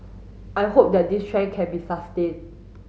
I hope that this trend can be sustained